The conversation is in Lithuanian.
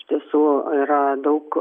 iš tiesų yra daug